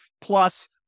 Plus